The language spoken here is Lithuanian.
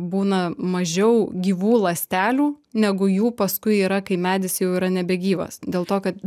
būna mažiau gyvų ląstelių negu jų paskui yra kai medis jau yra nebegyvas dėl to kad